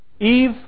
Eve